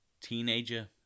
teenager